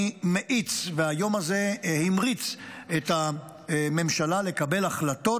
אני מאיץ, והיום הזה המריץ את הממשלה לקבל החלטות,